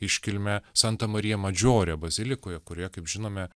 iškilmę santa marija madžorė bazilikoje kurioje kaip žinome